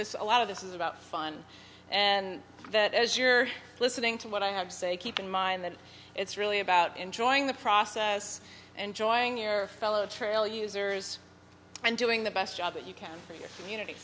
this a lot of this is about fun and that as you're listening to what i have to say keep in mind that it's really about enjoying the process enjoying your fellow trail users and doing the best job that you can for your community